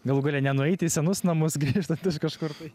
galų gale nenueiti į senus namus grįžtant iš kažkur tai